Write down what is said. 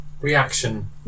reaction